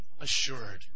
assured